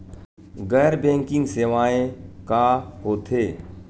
गैर बैंकिंग सेवाएं का होथे?